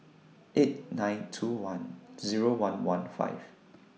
eight nine two one Zero one one five